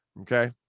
okay